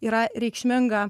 yra reikšminga